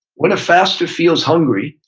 when a faster feels hungry,